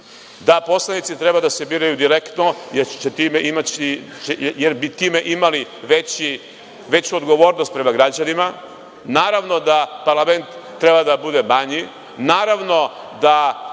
da poslanici treba da se biraju direktno, jer bi time imali veću odgovornost prema građanima. Naravno da parlament treba da bude manji.